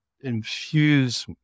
infuse